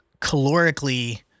calorically